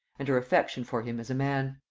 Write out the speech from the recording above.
and her affection for him as a man.